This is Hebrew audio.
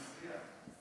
מסריח.